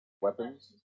weapons